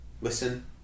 listen